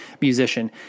musician